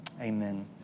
Amen